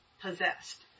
possessed